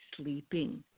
sleeping